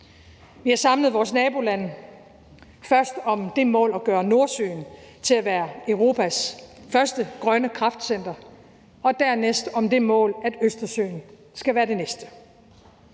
Vi har samlet vores nabolande, først om det mål at gøre Nordsøen til Europas første grønne kraftcenter og dernæst om det mål, at Østersøen skal være det næste.